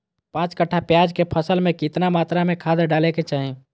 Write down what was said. पांच कट्ठा प्याज के फसल में कितना मात्रा में खाद डाले के चाही?